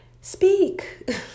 Speak